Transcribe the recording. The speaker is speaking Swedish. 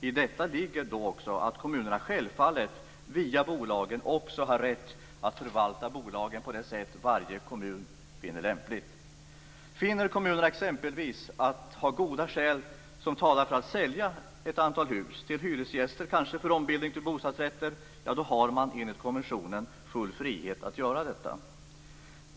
I detta ligger också att kommunerna självfallet genom bolagen har rätt att förvalta bolagen på det sätt som varje kommun finner lämpligt. Finner kommunerna exempelvis att goda skäl talar för att sälja ett antal hus till hyresgäster, kanske för ombildning till bostadsrätter, har man enligt konventionen full frihet att göra detta.